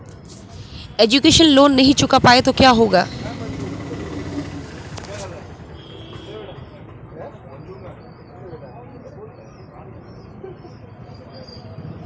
Education loan नहीं चुका पाए तो क्या होगा?